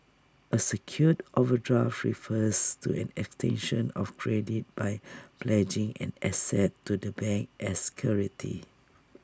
A secured overdraft refers to an extension of credit by pledging an asset to the bank as security